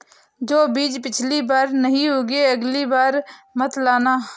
जो बीज पिछली बार नहीं उगे, अगली बार मत लाना